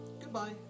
Goodbye